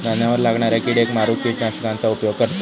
धान्यावर लागणाऱ्या किडेक मारूक किटकनाशकांचा उपयोग करतत